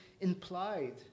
implied